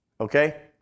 okay